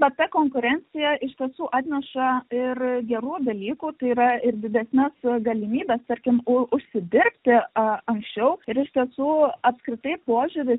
bet ta konkurencija iš tiesų atneša ir gerų dalykų tai yra ir didesnes galimybes tarkim užsidirbti anksčiau ir iš tiesų apskritai požiūris